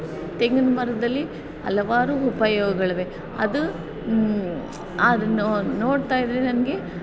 ತೆಂಗಿನ ಮರದಲ್ಲಿ ಹಲವಾರು ಉಪಯೋಗಗಳಿವೆ ಅದು ಅದು ನೋಡ್ತಾ ಇದ್ದರೆ ನನಗೆ